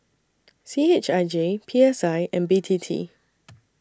C H I J P S I and B T T